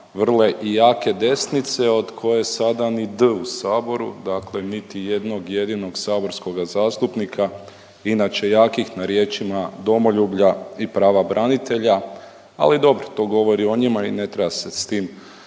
vrle i jake desnice od koje sada ni D u saboru, dakle niti jednog jedinog saborskoga zastupnika, inače jakih na riječima domoljublja i prava branitelja, ali dobro to govori o njima i ne treba se s tim